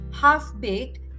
half-baked